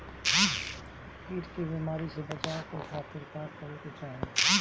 कीट के बीमारी से बचाव के खातिर का करे के चाही?